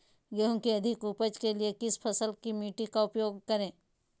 गेंहू की अधिक उपज के लिए किस प्रकार की मिट्टी का उपयोग करे?